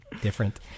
different